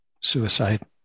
suicide